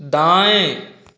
दाएँ